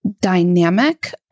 dynamic